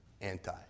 anti